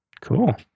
Cool